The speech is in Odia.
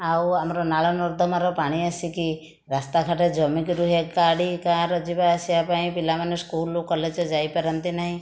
ଆଉ ଆମର ନାଳ ନର୍ଦମାର ପାଣି ଆସିକି ରାସ୍ତା ଘାଟ ଜମିକି ରୁହେ ଗାଡ଼ି କାର୍ ଯିବା ଆସିବା ପାଇଁ ପିଲାମାନେ ସ୍କୁଲ କଲେଜ ଯାଇ ପାରନ୍ତି ନାହିଁ